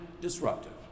disruptive